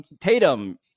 tatum